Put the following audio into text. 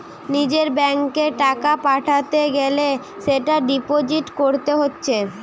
নিজের ব্যাংকে টাকা পাঠাতে গ্যালে সেটা ডিপোজিট কোরতে হচ্ছে